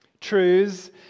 Truths